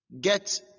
Get